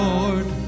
Lord